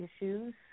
issues